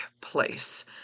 place